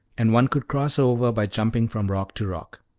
and one could cross over by jumping from rock to rock.